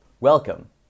Welcome